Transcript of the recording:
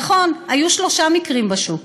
נכון, היו שלושה מקרים בשוק,